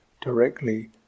directly